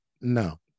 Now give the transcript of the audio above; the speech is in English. no